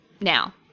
now